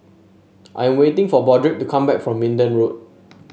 I am waiting for Broderick to come back from Minden Road